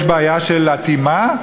יש בעיה של אטימה.